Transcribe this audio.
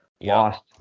Lost